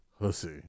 Hussy